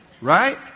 Right